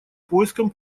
поиском